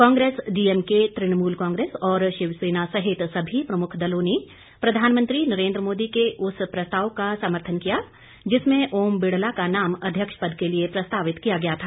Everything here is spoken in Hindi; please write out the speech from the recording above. कांग्रेस डीएमके तृणमूल कांग्रेस और शिवसेना सहित सभी प्रमुख दलों ने प्रधानमंत्री नरेन्द्र मोदी के उस प्रस्ताव का समर्थन किया जिसमें ओम बिड़ला का नाम अध्यक्ष पद के लिए प्रस्तावित किया गया था